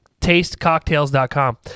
tastecocktails.com